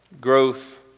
Growth